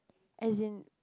as in